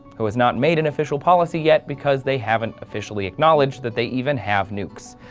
who has not made an official policy yet, because they haven't officially acknowledged that they even have nukes.